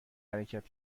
حرکت